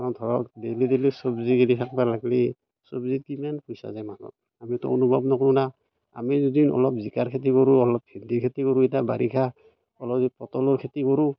আমাৰ ধৰক daily daily চব্জি কিনি থাকিব লাগিলে চব্জিত কিমান পইচা যায় মাহত আমিতো অনুভৱ নকৰোঁ না আমি যদি অলপ জিকাৰ খেতি কৰোঁ অলপ ভেন্দি খেতি কৰোঁ এতিয়া বাৰিষা অলপ যদি পটলৰ খেতি কৰোঁ